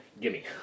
gimme